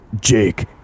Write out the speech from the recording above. Jake